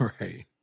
Right